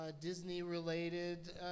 Disney-related